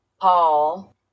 Paul